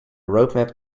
roadmap